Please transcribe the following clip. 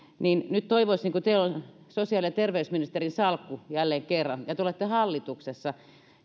niin nyt toivoisin että kun teillä on sosiaali ja terveysministerin salkku jälleen kerran ja te olette hallituksessa